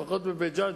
לפחות בבית-ג'ן,